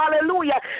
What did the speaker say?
Hallelujah